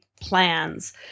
plans